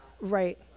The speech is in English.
right